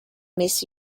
miss